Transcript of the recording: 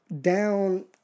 down